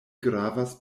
gravas